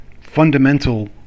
fundamental